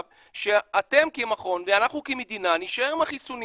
כזה שאתם כמכון ואנחנו כמדינה נישאר עם החיסונים